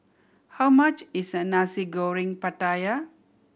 how much is Nasi Goreng Pattaya